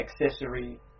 accessory